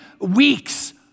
weeks